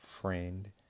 friend